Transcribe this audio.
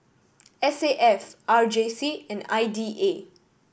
S A F R J C and I D A